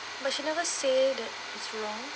but she never say that it's wrong